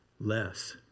less